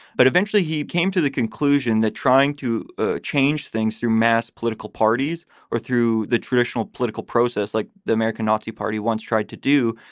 but eventually he came to the conclusion that trying to ah change things through mass political parties or through the traditional political process like the american nazi party once tried to do,